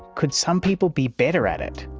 could some people be better at it?